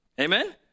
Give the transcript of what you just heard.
Amen